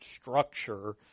structure